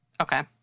Okay